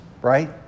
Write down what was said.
Right